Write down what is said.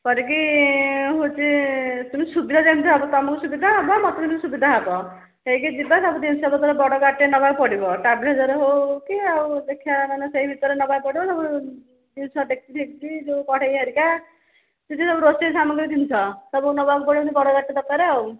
କରିକି ହେଉଛି ତୁମ ସୁବିଧା ଯେମିତି ହେବ ତୁମକୁ ସୁବିଧା ହେବ ମୋତେ ବି ସୁବିଧା ହେବ ହେଇକି ଯିବା ସବୁ ଜିନିଷପତ୍ରରେ ବଡ଼ ଗାଡ଼ିଟେ ନେବାକୁ ପଡ଼ିବ ହେଉ କି ଆଉ ଦେଖିବା ମାନେ ସେହି ଭିତରେ ନେବାକୁ ପଡ଼ିବ ସବୁ ଜିନିଷ ଡେକଚି ଫେକଚି ଯେଉଁ କଢ଼େଇ ହରିକା ସେ ଯେଉଁ ରୋଷେଇ ସାମଗ୍ରୀ ଜିନିଷ ସବୁ ନେବାକୁ ପଡ଼ି ବଡ଼ ଗାଡ଼ିଟେ ଦରକାର ଆଉ